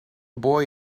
boy